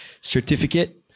certificate